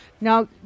now